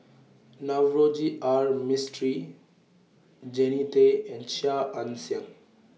Navroji R Mistri Jannie Tay and Chia Ann Siang